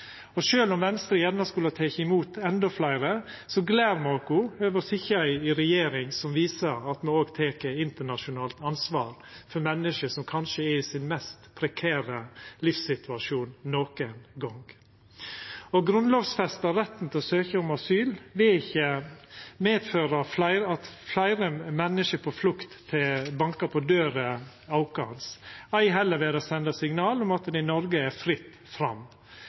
om Venstre gjerne skulle ha teke imot endå fleire, gler me oss over å sitja i ei regjering som viser at me òg tek internasjonalt ansvar for menneske som kanskje er i sin mest prekære livssituasjon nokon gong. Å grunnlovfesta retten til å søkja om asyl vil ikkje medføra at fleire menneske på flukt bankar på døra vår, ei heller vil det senda signal om at det i Noreg er fritt fram.